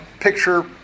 picture